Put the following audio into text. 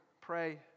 pray